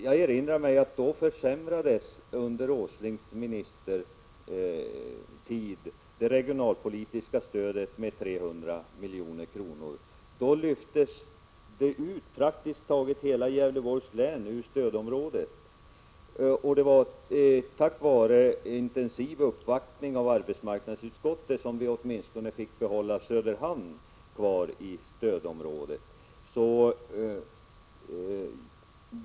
Jag erinrar mig att under Nils G. Åslings ministertid försämrades det regionalpolitiska stödet med 300 milj.kr. Då lyftes praktiskt taget hela Gävleborgs län ut ur stödområdet, och det var tack vare intensiv uppvaktning inför arbetsmarknadsutskottet som vi fick behålla åtminstone Söderhamn i stödområdet.